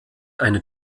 eine